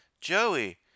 joey